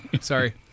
Sorry